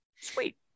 sweet